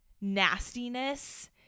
nastiness